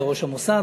זה ראש המוסד,